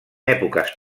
èpoques